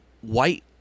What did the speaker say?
white